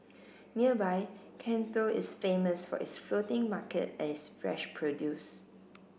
nearby Can Tho is famous for its floating market and its fresh produce